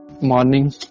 Morning